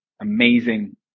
amazing